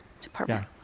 department